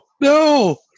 No